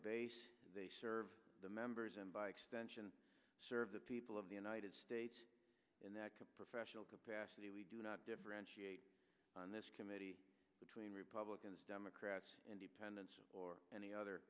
base they serve the members and by extension serve the people of the united states and that professional capacity we do not differentiate on this committee between republicans democrats independents or any other